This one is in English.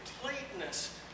completeness